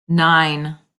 nine